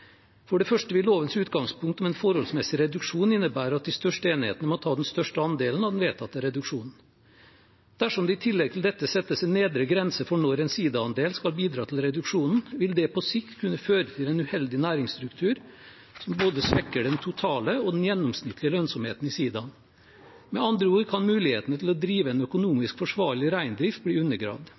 For det første vil lovens utgangspunkt om en forholdsmessig reduksjon innebære at de største enhetene må ta den største andelen av den vedtatte reduksjonen. Dersom det i tillegg til dette settes en nedre grense for når en siidaandel skal bidra til reduksjonen, vil det på sikt kunne føre til en uheldig næringsstruktur som både svekker den totale og den gjennomsnittlige lønnsomheten i siidaen. Med andre ord kan mulighetene til å drive en økonomisk forsvarlig reindrift bli